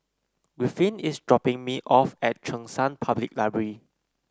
Rriffin is dropping me off at Cheng San Public Library